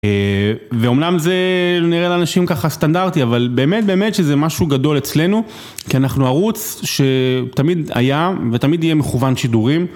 ואומנם זה נראה לאנשים ככה סטנדרטי, אבל באמת, באמת שזה משהו גדול אצלנו, כי אנחנו ערוץ שתמיד היה ותמיד יהיה מכוון שידורים.